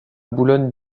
boulogne